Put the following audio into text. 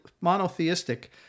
monotheistic